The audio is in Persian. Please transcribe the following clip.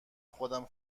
خودم